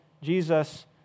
Jesus